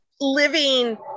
living